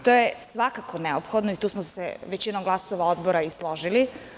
To je svakako neophodno i tu smo se većinom glasova na Odboru i složili.